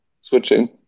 switching